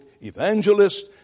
evangelist